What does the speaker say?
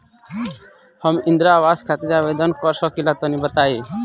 हम इंद्रा आवास खातिर आवेदन कर सकिला तनि बताई?